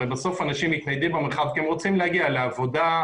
הרי בסוף אנשים מתניידים במרחב כי הם רוצים להגיע לעבודה,